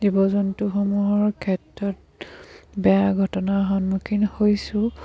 জীৱ জন্তুসমূহৰ ক্ষেত্ৰত বেয়া ঘটনা সন্মুখীন হৈছোঁ